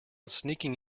sneaking